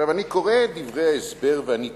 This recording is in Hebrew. עכשיו, אני קורא את דברי ההסבר ואני תמה.